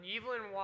Evelyn